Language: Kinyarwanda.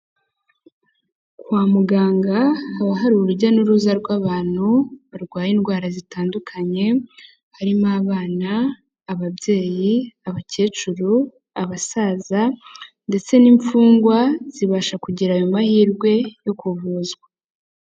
Kwa muganga haba hari urujya n'uruza rw'abantu barwaye indwara zitandukanye, harimo abana, ababyeyi, abakecuru, abasaza ndetse n'imfungwa zibasha kugira ayo mahirwe yo kuvuzwa.